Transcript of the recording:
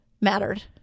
mattered